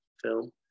film